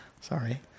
sorry